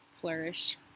flourish